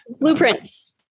Blueprints